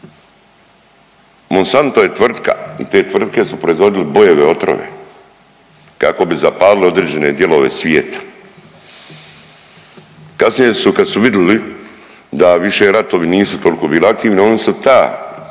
Monsanto je tvrtka i te tvrtke su proizvodile bojeve otrove kako bi zapalile određene dijelove svijeta. Kasnije su kad su vidjeli da više ratovi nisu toliko bili aktivni, oni su te